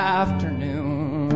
afternoon